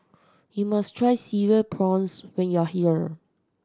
you must try Cereal Prawns when you are here